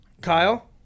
Kyle